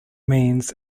means